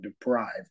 deprived